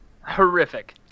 Horrific